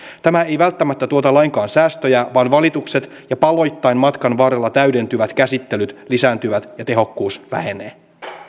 tämä ei välttämättä tuota lainkaan säästöjä vaan valitukset ja paloittain matkan varrella täydentyvät käsittelyt lisääntyvät ja tehokkuus vähenee